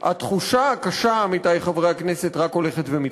התחושה הקשה, עמיתי חברי הכנסת, רק הולכת ומתחזקת.